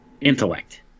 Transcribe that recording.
intellect